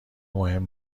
مهم